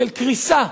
של קריסה.